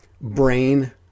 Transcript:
brain